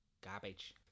Garbage